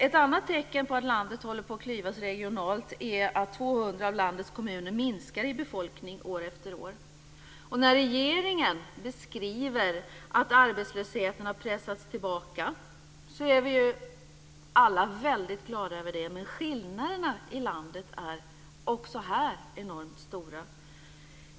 Ett annat tecken på att landet håller på att klyvas regionalt är att 200 av landets kommuner minskar sin befolkning år efter år. När regeringen beskriver att arbetslösheten har pressats tillbaka är vi ju alla väldigt glada över det, men skillnaderna i landet är också här enormt stora.